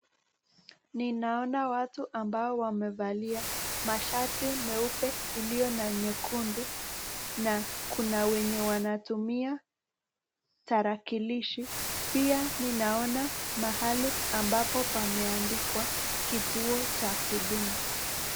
Ninaona watu ambao wamevalia mashati meupe iliyo na nyekundu na kuna wenye wanatumia tarakilishi, pia ninaona mahali ambapo pameandikwa kituo cha huduma.